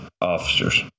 officers